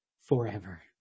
forever